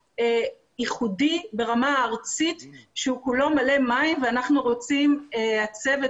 ייחודי ברמה ארצית הוא כולו מלא מים ואנחנו רוצים הצוות